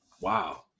Wow